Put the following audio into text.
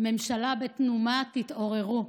ממשלה בתנומה, תתעוררו.